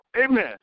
Amen